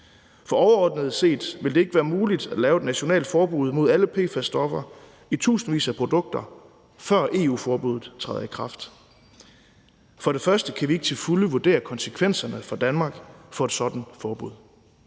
For overordnet set vil det ikke være muligt at lave et nationalt forbud mod alle PFAS-stoffer i tusindvis af produkter, før EU-forbuddet træder i kraft. For det første kan vi ikke til fulde vurdere konsekvenserne for Danmark af et sådant forbud,